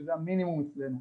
שזה המינימום אצלנו,